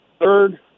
third